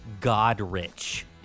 Godrich